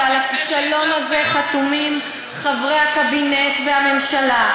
ועל הכישלון הזה חתומים חברי הקבינט והממשלה,